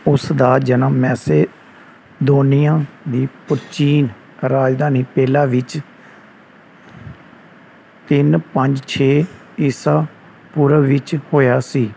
ਉਸ ਦਾ ਜਨਮ ਮੈਸੇਦੋਨੀਆ ਦੀ ਪ੍ਰਾਚੀਨ ਰਾਜਧਾਨੀ ਪੇਲਾ ਵਿੱਚ ਤਿੰਨ ਪੰਜ ਛੇ ਈਸਾ ਪੂਰਵ ਵਿੱਚ ਹੋਇਆ ਸੀ